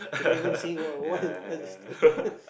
cannot even see what what what